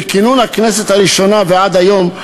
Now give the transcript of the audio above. מכינון הכנסת הראשונה ועד היום,